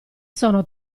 sono